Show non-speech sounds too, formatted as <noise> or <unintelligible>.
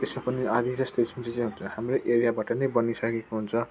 त्यसमा पनि आधी जस्तो <unintelligible> हाम्रै एरियाबाट नै बनिसकेको हुन्छ